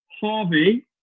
Harvey